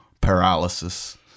paralysis